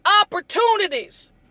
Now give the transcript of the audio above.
opportunities